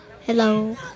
Hello